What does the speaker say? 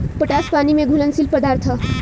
potash पानी में घुलनशील पदार्थ ह